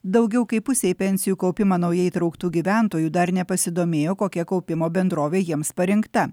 daugiau kaip pusė į pensijų kaupimą naujai įtrauktų gyventojų dar nepasidomėjo kokia kaupimo bendrovė jiems parinkta